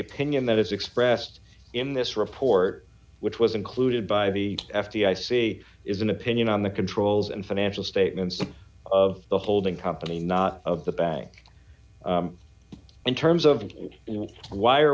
opinion that is expressed in this report which was included by the f t i say is an opinion on the controls and financial statements of the holding company not of the bank in terms of why are